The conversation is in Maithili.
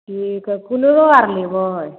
ठीक हय कुलरो आर लेबै